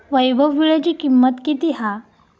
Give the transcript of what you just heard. वैभव वीळ्याची किंमत किती हा?